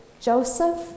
Joseph